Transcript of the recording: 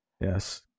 yes